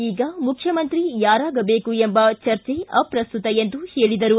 ಈಗ ಮುಖ್ಯಮಂತ್ರಿ ಯಾರಾಗಬೇಕು ಎಂಬ ಚರ್ಚೆ ಅಪ್ರಸ್ತುತ ಎಂದು ಹೇಳಿದರು